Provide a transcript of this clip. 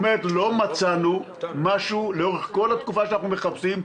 היא אומרת: לא מצאנו לאורך כל התקופה שאנחנו מחפשים,